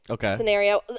Scenario